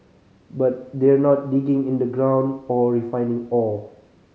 but they're not digging in the ground or refining ore